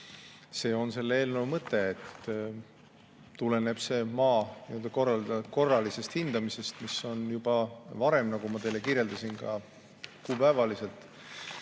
See on selle eelnõu mõte. See tuleneb maa korralisest hindamisest, mis on juba varem, nagu ma teile kirjeldasin, ka kuupäevaliselt